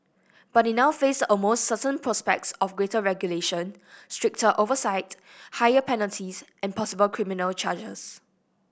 but they now face almost certain prospect of greater regulation stricter oversight higher penalties and possible criminal charges